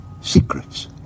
Secrets